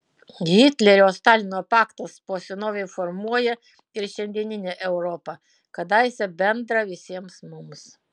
hitlerio stalino paktas po senovei formuoja ir šiandieninę europą kadaise bendrą visiems mums